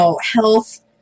health